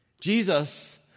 Jesus